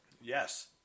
Yes